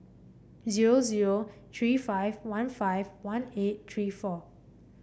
zero zero three five one five one eight three four